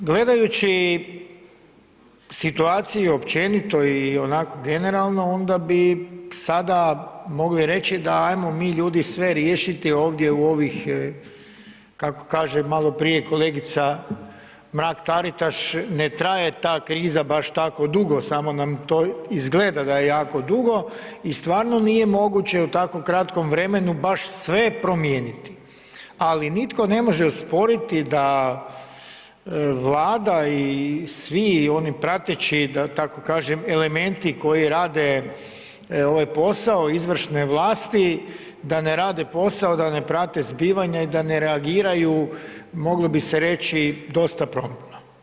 Gledajući situaciju općenito i onako generalno onda bi sada mogli reći da ajmo mi ljudi sve riješiti ovdje u ovih kako kaže malo prije kolegica Mrak Taritaš, ne traje ta kriza baš tako dugo, samo nam to izgleda da je jako dugo i stvarno nije moguće u tako kratkom vremenu baš sve promijeniti, ali nitko ne može osporiti da Vlada i svi oni prateći da tako kažem elementi koji rade ovaj posao izvršne vlasti, da ne rade posao, da ne prate zbivanja i da ne reagiraju moglo bi se reći dosta promptno.